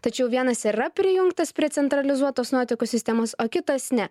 tačiau vienas yra prijungtas prie centralizuotos nuotekų sistemos o kitas ne